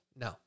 No